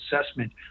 assessment